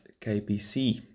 KPC